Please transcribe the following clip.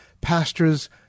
Pastors